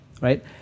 right